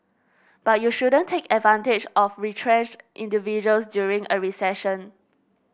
but you shouldn't take advantage of retrenched individuals during a recession